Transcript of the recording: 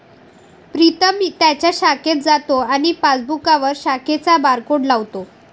प्रीतम त्याच्या शाखेत जातो आणि पासबुकवर शाखेचा बारकोड लावतो